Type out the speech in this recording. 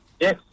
Yes